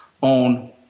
on